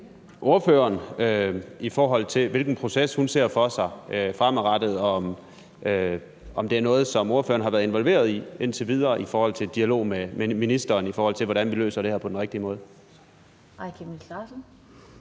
hvilken proces hun fremadrettet ser for sig, og om det er noget, som ordføreren har været involveret i, når det gælder en dialog med ministeren om, hvordan vi løser det her på den rigtige måde.